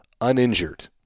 uninjured